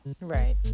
Right